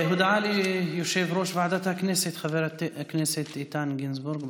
הודעה ליושב-ראש ועדת הכנסת חבר הכנסת איתן גינזבורג,